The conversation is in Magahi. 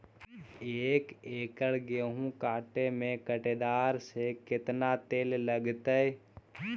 एक एकड़ गेहूं काटे में टरेकटर से केतना तेल लगतइ?